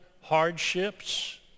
hardships